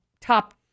top